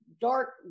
dark